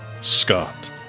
Scott